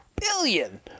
billion